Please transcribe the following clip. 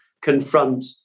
confront